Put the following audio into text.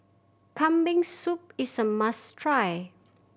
Kambing Soup is a must try